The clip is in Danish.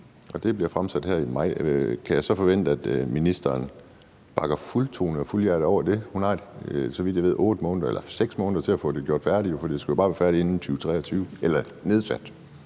Når det bliver fremsat her i maj, kan jeg så forvente, at ministeren bakker fuldtonet og helhjertet op om det? Hun har, så vidt jeg ved, 6 måneder til at få det gjort færdigt, for det skal jo bare være nedsat i 2023. Kl.